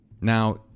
Now